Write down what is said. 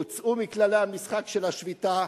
יוצאו מכללי המשחק של השביתה,